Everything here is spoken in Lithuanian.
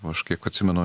aš kiek atsimenu